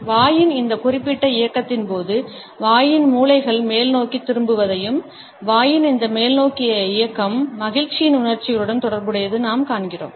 வாயின் இந்த குறிப்பிட்ட இயக்கத்தின் போது வாயின் மூலைகள் மேல்நோக்கித் திரும்புவதையும் வாயின் இந்த மேல்நோக்கி இயக்கம் மகிழ்ச்சியின் உணர்ச்சிகளுடன் தொடர்புடையதையும் நாம் காண்கிறோம்